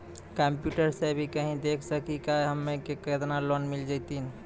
Computer सा भी कही देख सकी का की हमनी के केतना लोन मिल जैतिन?